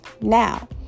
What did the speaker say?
Now